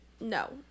no